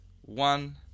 One